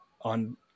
on